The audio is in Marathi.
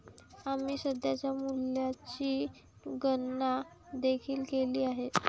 आम्ही सध्याच्या मूल्याची गणना देखील केली आहे